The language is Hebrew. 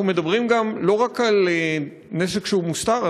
אנחנו מדברים לא רק על נשק שהוא מוסתר,